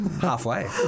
halfway